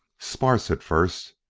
sparse at first,